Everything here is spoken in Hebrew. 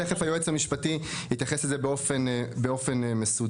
תכף היועץ המשפטי יתייחס לזה באופן מסודר.